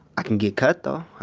i can get cut though,